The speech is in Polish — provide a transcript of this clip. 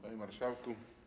Panie Marszałku!